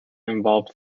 involved